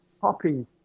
poppy